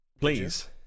please